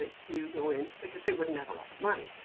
to go in because they wouldn't have a lot of money.